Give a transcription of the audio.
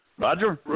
Roger